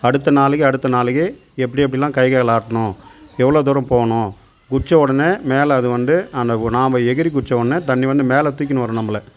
அடுத்த நாளைக்கு அடுத்த நாளைக்கு எப்படி எப்படில்லாம் கை கால் ஆட்டணும் எவ்வளவு தூரம் போகணும் குதித்த உடனே மேலே அது வந்து அந்த நாம்ம எகிறி குதித்தவொன்னே தண்ணி வந்து மேலே தூக்கினு வரும் நம்மள